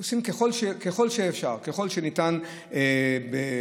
עושים ככל שאפשר, ככל שניתן בכמה